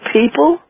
people